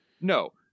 No